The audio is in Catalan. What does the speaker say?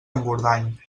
engordany